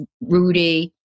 Rudy